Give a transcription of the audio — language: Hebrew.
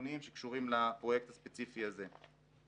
תכנוניים שקשורים לפרויקט הספציפי הזה.